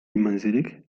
منزلك